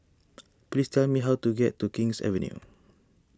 please tell me how to get to King's Avenue